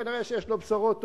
כנראה יש לו בשורות טובות,